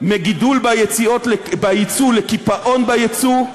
מגידול ביצוא לקיפאון ביצוא,